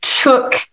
took